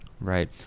Right